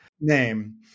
name